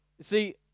See